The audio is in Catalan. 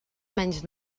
menys